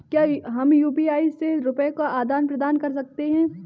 क्या हम यू.पी.आई से रुपये का आदान प्रदान कर सकते हैं?